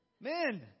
Men